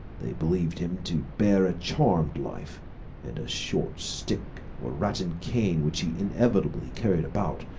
they believed him to bear a charmed life and a short stick or rattan cane which he invariably carried about,